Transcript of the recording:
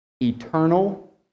eternal